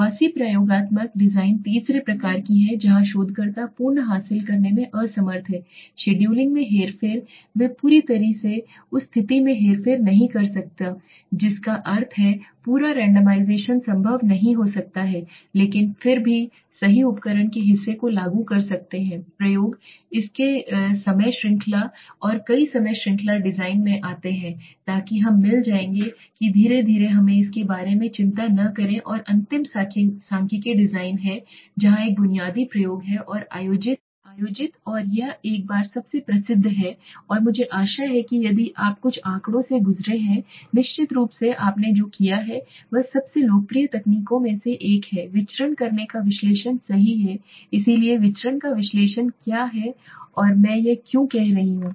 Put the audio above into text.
Quasi प्रयोगात्मक design तीसरे प्रकार हैं जहां शोधकर्ता पूर्ण हासिल करने में असमर्थ है शेड्यूलिंग में हेरफेर वे पूरी तरह से उस स्थिति में हेरफेर नहीं कर सकते हैं जिसका अर्थ है पूरा रेंडमाइजेशन संभव नहीं हो सकता है लेकिन फिर भी सही उपकरण के हिस्से को लागू कर सकता है प्रयोग समय श्रृंखला और कई समय श्रृंखला डिजाइन में आते हैं ताकि हम मिल जाएंगे कि धीरे धीरे हमें इसके बारे में चिंता न करें कि अंतिम सांख्यिकीय डिजाइन है जहां एक बुनियादी प्रयोग हैं आयोजित और यह एक बार सबसे प्रसिद्ध है और मुझे आशा है कि यदि आप कुछ आँकड़ों से गुजरे हैं निश्चित रूप से आपने जो किया है वह सबसे लोकप्रिय तकनीकों में से एक है विचरण का विश्लेषण सही है इसलिए विचरण का विश्लेषण क्या है और मैं यह क्यों कह रहा हूं